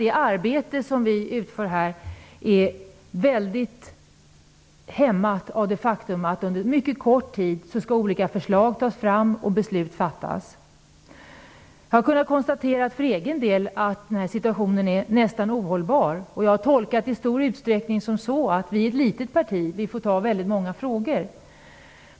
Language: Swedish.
Det arbete som vi utför här är väldigt hämmat av det faktum att vi under mycket kort tid har att ta fram olika förslag och fatta beslut. För egen del är den här situationen nästan ohållbar. Jag har tolkat det i stor utsträckning så, att eftersom vi är ett litet parti får de enskilda representanterna ta sig an väldigt många frågor.